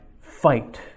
fight